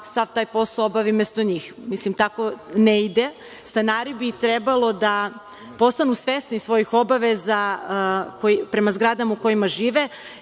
sav taj posao obavi umesto njih. Tako ne ide. Stanari bi trebalo da postanu svesni svojih obaveza prema zgrada u kojima žive.